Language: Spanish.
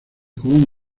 como